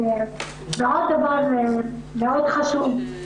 ועוד דבר חשוב מאוד,